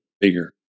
bigger